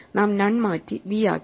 നാം നൺ മാറ്റി വി ആക്കി